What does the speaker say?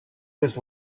his